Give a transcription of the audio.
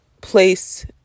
place